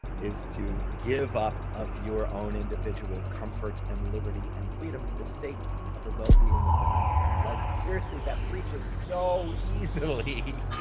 is to give up of your own individual comfort and liberty and freedom for the sake of the well-being of another. like seriously, that preaches so easily,